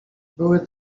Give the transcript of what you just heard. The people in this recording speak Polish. były